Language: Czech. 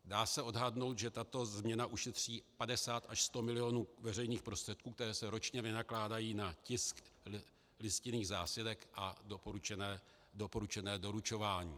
Dá se odhadnout, že tato změna ušetří 50 až 100 milionů veřejných prostředků, které se ročně vynakládají na tisk listinných zásilek a doporučené doručování.